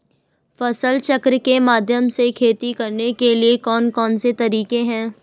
फसल चक्र के माध्यम से खेती करने के लिए कौन कौन से तरीके हैं?